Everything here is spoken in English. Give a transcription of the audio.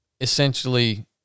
Essentially